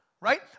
Right